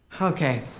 Okay